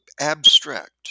abstract